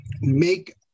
make